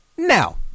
Now